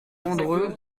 rondreux